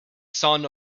son